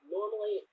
normally